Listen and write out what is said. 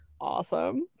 awesome